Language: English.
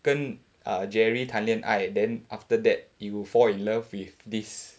跟 uh jerry 谈恋爱 then after that you fall in love with this